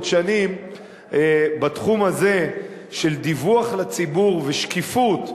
שנים בתחום הזה של דיווח לציבור ושקיפות,